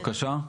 בבקשה.